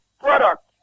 product